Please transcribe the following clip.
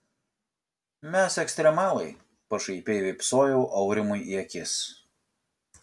mes ekstremalai pašaipiai vypsojau aurimui į akis